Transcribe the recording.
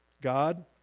God